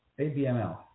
ABML